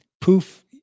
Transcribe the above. Poof